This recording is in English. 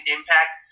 Impact